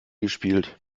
gespielt